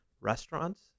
restaurants